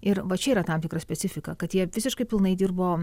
ir va čia yra tam tikra specifika kad jie visiškai pilnai dirbo